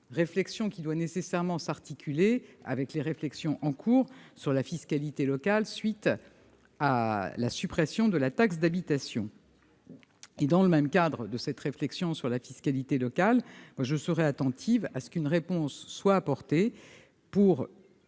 réflexion doit nécessairement s'articuler avec les réflexions en cours sur la fiscalité locale, à la suite de la suppression de la taxe d'habitation. Dans le cadre de cette réflexion sur la fiscalité locale, je serai attentive à ce qu'une réponse soit apportée